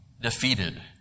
defeated